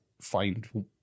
find